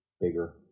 Bigger